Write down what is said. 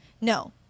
No